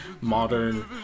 modern